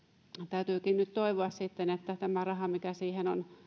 täytyykin nyt toivoa että tämä raha mikä siihen on